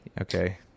Okay